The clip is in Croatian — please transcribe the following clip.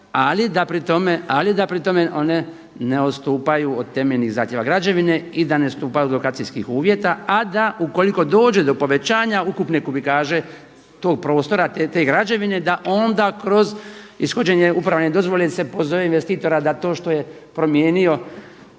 Ali da pri tome one ne odstupaju od temeljnih zahtjeva građevine i da ne odstupaju od lokacijskih uvjeta, a da ukoliko dođe do povećanja ukupne kubikaže tog prostora, te građevine da onda kroz ishođenje upravne dozvole se pozove investitora da to što je promijenio